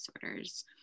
disorders